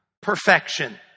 Perfection